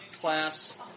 class